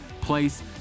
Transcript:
place